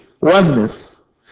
oneness